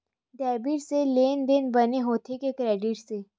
Debit से लेनदेन बने होथे कि क्रेडिट से?